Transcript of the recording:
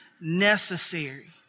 necessary